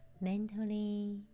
mentally